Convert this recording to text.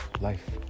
life